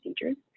procedures